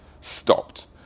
stopped